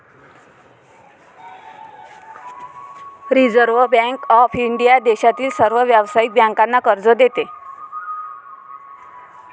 reserve Bank of India देशातील सर्व व्यावसायिक बँकांना कर्ज देते